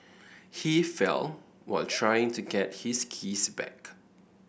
he fell while trying to get his keys back